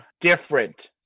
different